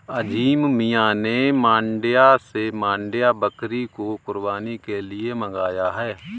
अजीम मियां ने मांड्या से मांड्या बकरी को कुर्बानी के लिए मंगाया है